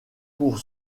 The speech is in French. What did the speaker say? pour